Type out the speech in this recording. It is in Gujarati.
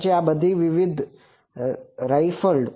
પછી આ બધી આ વિવિધ રાઇફલ્ડ છે